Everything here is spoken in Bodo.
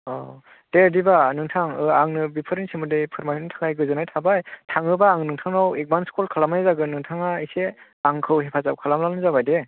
अ दे बिदिबा नोंथां आंनो बेफोरनि सोमोन्दै फोरमायनायनि थाखाय गोजोननाय थाबाय थाङोबा आं नोंथांनाव एडभान्स क'ल खालामनाय जागोन नोंथाङा एसे आंखौ हेफाजाब खालामब्लानो जाबाय दे